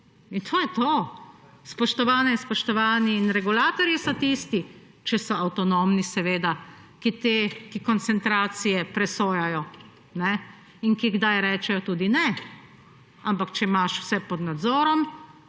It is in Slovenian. In to je to, spoštovane in spoštovani. In regulatorji so tisti, če so avtonomni seveda, ki koncentracije presojajo in ki kdaj rečejo tudi ne. Ampak če imaš vse pod nadzorom,